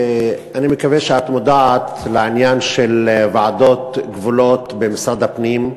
אני מקווה שאת מודעת לעניין של ועדות גבולות במשרד הפנים,